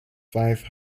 five